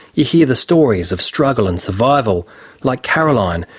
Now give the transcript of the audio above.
you hear the stories of struggle and survival like caroline,